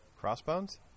Crossbones